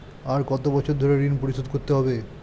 আর কত বছর ধরে ঋণ পরিশোধ করতে হবে?